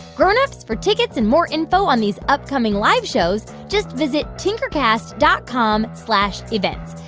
grown-ups, for tickets and more info on these upcoming live shows, just visit tinkercast dot com slash events.